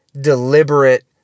deliberate